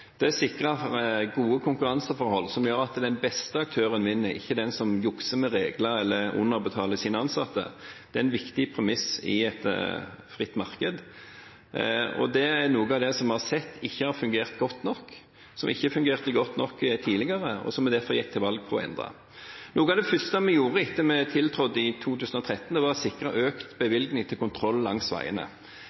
Det å sikre gode konkurranseforhold som gjør at den beste aktøren vinner – ikke den som jukser med regler eller underbetaler sine ansatte – er en viktig premiss i et fritt marked. Det er noe av det vi har sett ikke har fungert godt nok, som ikke fungerte godt tidligere, og som vi derfor gikk til valg på å endre. Noe av det første vi gjorde etter at vi tiltrådte i 2013, var å sikre økt bevilgning til kontroll langs veiene.